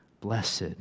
blessed